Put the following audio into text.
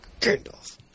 Gandalf